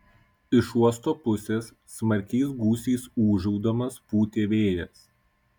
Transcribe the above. iš uosto pusės smarkiais gūsiais ūžaudamas pūtė vėjas